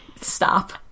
Stop